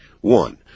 One